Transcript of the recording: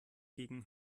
gegen